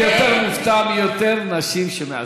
אני יותר מופתע מיותר נשים שמעשנות.